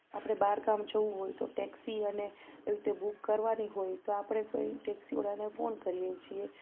આપણે બહારગામ જવું હોય તો ટેક્સી અને એવી રીતે બુક કરવાની હોય તો આપણે ભઈ ટેક્સીવાળાને ફોન કરીએ છીએ